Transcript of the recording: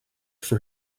for